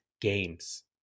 games